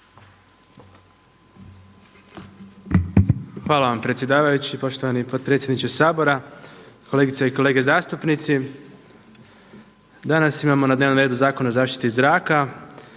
Hvala vam predsjedavajući. Poštovani potpredsjedniče Sabora, kolegice i kolege zastupnici. Danas imamo na dnevnom redu Zakon o zaštiti zraka,